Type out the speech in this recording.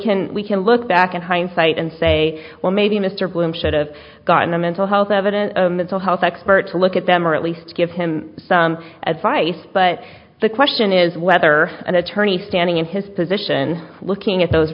can we can look back in hindsight and say well maybe mr bloom should've gotten a mental health evidence of mental health experts to look at them or at least give him some advice but the question is whether an attorney standing in his position looking at those